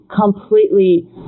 completely